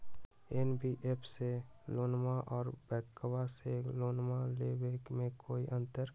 NBFC से लोनमा आर बैंकबा से लोनमा ले बे में कोइ अंतर?